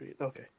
Okay